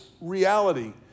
reality